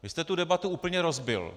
Vy jste tu debatu úplně rozbil.